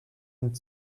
and